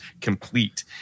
complete